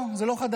לא, זה לא חדש.